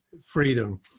freedom